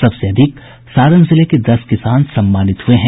सबसे अधिक सारण जिले के दस किसान सम्मानित हुये हैं